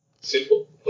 simple